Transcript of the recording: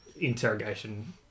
interrogation